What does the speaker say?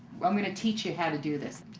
i'm gonna teach you how to do this.